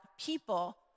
people